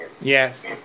Yes